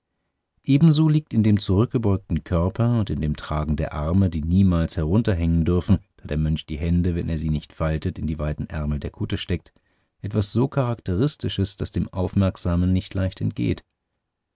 ebenso liegt in dem zurückgebeugten körper und in dem tragen der arme die niemals herunterhängen dürfen da der mönch die hände wenn er sie nicht faltet in die weiten ärmel der kutte steckt etwas so charakteristisches das dem aufmerksamen nicht leicht entgeht